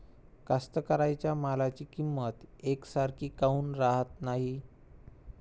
कास्तकाराइच्या मालाची किंमत यकसारखी काऊन राहत नाई?